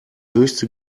höchste